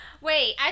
Wait